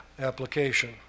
application